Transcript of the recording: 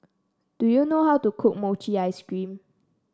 do you know how to cook Mochi Ice Cream